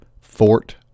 Fort